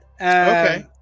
okay